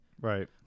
right